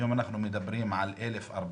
היום אנחנו מדברים על 1,044,